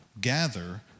gather